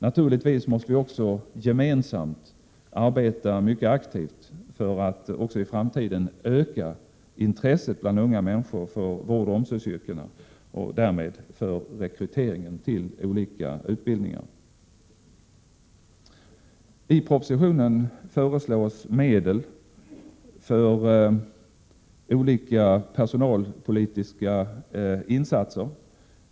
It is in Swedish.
Naturligtvis måste vi också gemensamt arbeta mycket aktivt för att även i framtiden öka intresset bland unga människor för vårdoch omsorgsyrkena och därmed förbättra rekryteringen till olika utbildningar. I propositionen föreslås medel för olika personalpolitiska insatser.